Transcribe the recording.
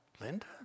Linda